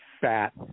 fat